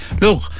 look